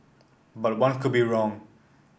but one could be wrong